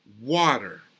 water